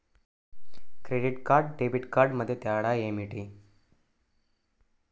Debit కార్డుకు credit credit కార్డుకు మధ్య తేడా ఏమిటీ?